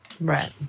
Right